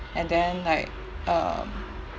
and then like um